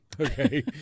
okay